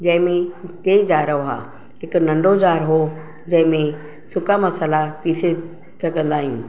जंहिं में टे जार हुआ हिकु नंढो जार हो जंहिं में सुका मसाला पिसे सघंदा आहियूं